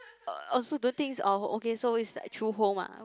oh so don't think is our okay so is like true home ah